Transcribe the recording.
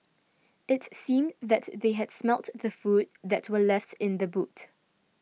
it seemed that they had smelt the food that were left in the boot